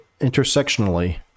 intersectionally